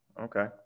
Okay